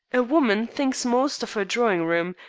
a woman thinks most of her drawing-room.